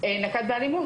נקט באלימות.